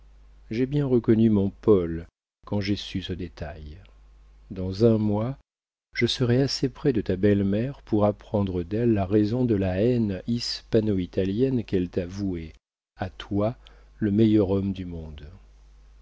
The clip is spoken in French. j'ai bien reconnu mon paul quand j'ai su ce détail dans un mois je serai assez près de ta belle-mère pour apprendre d'elle la raison de la haine hispano italienne qu'elle t'a vouée à toi le meilleur homme du monde